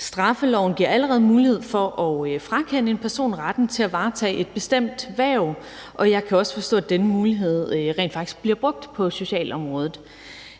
Straffeloven giver allerede mulighed for at frakende en person retten til at varetage et bestemt hverv, og jeg kan forstå, at denne mulighed rent faktisk bliver brugt på socialområdet,